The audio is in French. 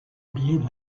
biais